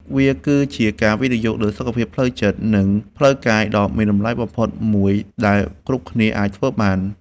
វាគឺជាការវិនិយោគលើសុខភាពផ្លូវចិត្ត និងផ្លូវកាយដ៏មានតម្លៃបំផុតមួយដែលគ្រប់គ្នាអាចធ្វើបាន។